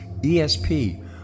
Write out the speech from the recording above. ESP